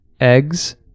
Eggs